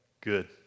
Good